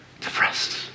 depressed